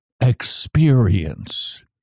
experience